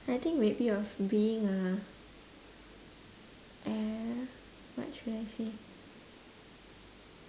I think might be of being a uh what should I say